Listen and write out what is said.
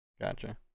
Gotcha